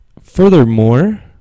furthermore